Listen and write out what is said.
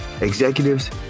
executives